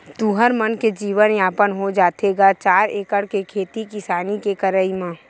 तुँहर मन के जीवन यापन हो जाथे गा चार एकड़ के खेती किसानी के करई म?